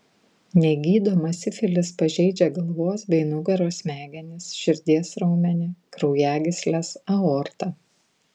negydomas sifilis pažeidžia galvos bei nugaros smegenis širdies raumenį kraujagysles aortą